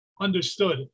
understood